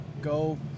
go